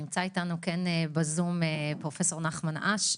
נמצא אתנו בזום פרופ' נחמן אש,